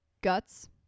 guts